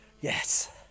Yes